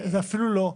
זה אפילו לא.